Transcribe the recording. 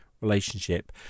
relationship